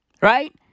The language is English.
right